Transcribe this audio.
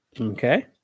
Okay